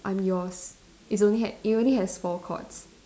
I'm yours it's only had it only has four chords